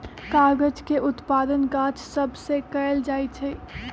कागज के उत्पादन गाछ सभ से कएल जाइ छइ